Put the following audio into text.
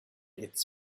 its